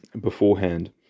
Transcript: beforehand